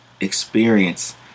experience